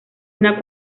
una